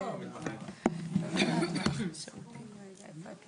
קשורה לנושא הזה אבל גם היא